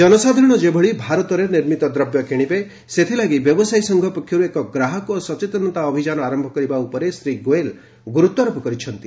ଜନସାଧାରଣ ଯେଭଳି ଭାରତରେ ନିର୍ମିତ ଦ୍ରବ୍ୟ କିଣିବେ ସେଥିଲାଗି ବ୍ୟବସାୟୀ ସଂଘ ପକ୍ଷରୁ ଏକ ଗ୍ରାହକ ସଚେତନତା ଅଭିଯାନ ଆରମ୍ଭ କରିବା ଉପରେ ଶ୍ରୀ ଗୋୟଲ୍ ଗୁରୁତ୍ୱାରୋପ କରିଛନ୍ତି